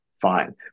Fine